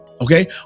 Okay